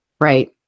Right